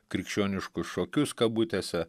krikščioniškus šokius kabutėse